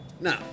Now